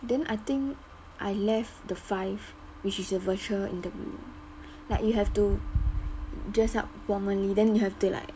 then I think I left the five which is the virtual interview like you have to dress up formally then you have to like